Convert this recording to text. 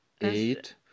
Eight